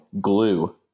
glue